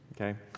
Okay